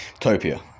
Topia